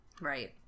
Right